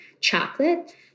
chocolate